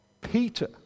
Peter